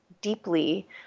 deeply